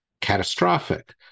catastrophic